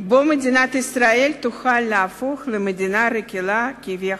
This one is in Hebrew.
שבו מדינת ישראל תוכל להפוך למדינה רגילה כביכול.